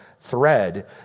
thread